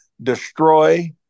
Destroy